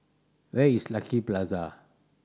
where is Lucky Plaza